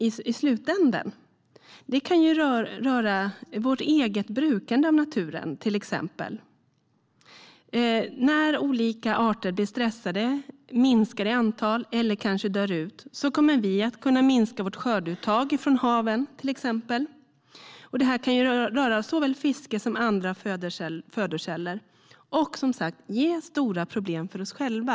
Det kan till exempel röra vårt eget brukande av naturen. När olika arter blir stressade, minskar i antal eller kanske dör ut kommer vi till exempel att få minska vårt skördeuttag från haven. Detta kan röra såväl fiske som andra födokällor och ge stora problem för oss själva.